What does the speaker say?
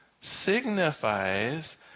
signifies